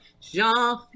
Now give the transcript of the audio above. Jean